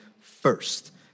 first